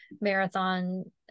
marathon